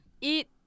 Eat